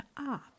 up